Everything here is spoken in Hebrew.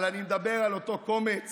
אלא אני מדבר על אותו קומץ